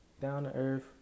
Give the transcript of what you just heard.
down-to-earth